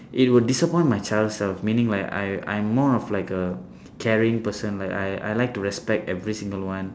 it would disappoint my child self meaning like I I'm more of like a caring person like I I like to respect every single one